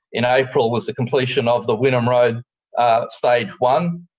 in april was the completion of the wynnum road stage one.